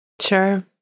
Sure